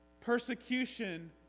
persecution